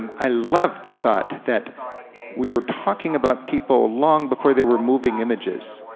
i love the thought that we are talking about people long before there were moving images,